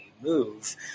move